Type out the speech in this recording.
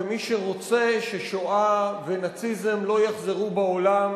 כמי שרוצה ששואה ונאציזם לא יחזרו בעולם,